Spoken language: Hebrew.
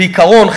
בעיקרון,